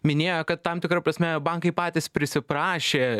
minėjo kad tam tikra prasme bankai patys prisiprašė